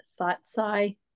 satsai